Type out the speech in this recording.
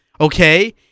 okay